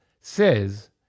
says